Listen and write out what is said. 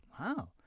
Wow